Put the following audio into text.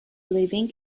living